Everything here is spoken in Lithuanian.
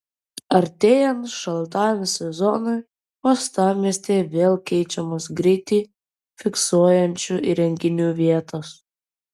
artėjant šaltajam sezonui uostamiestyje vėl keičiamos greitį fiksuojančių įrenginių vietos